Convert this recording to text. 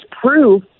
proof